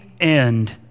end